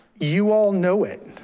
you all know it.